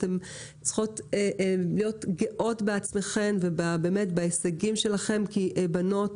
אתן צריכות להיות גאות בעצמכן ובהישגים שלכן כי בנות